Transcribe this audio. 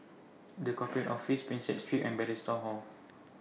The Corporate Office Prinsep Street and Bethesda Hall